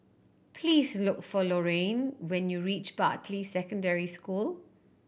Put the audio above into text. please look for Lorayne when you reach Bartley Secondary School